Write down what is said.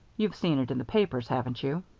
you've seen it in the papers, haven't you?